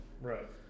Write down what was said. Right